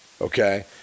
Okay